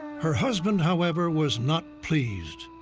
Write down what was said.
her husband, however, was not pleased.